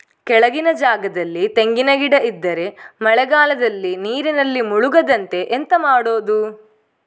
ಕೆಳಗಿನ ಜಾಗದಲ್ಲಿ ತೆಂಗಿನ ಗಿಡ ಇದ್ದರೆ ಮಳೆಗಾಲದಲ್ಲಿ ನೀರಿನಲ್ಲಿ ಮುಳುಗದಂತೆ ಎಂತ ಮಾಡೋದು?